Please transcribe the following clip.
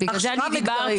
בגלל זה אני מדברת.